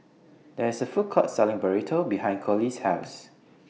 There IS A Food Court Selling Burrito behind Coley's House